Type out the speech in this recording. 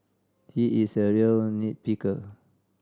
he is a real nit picker